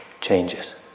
changes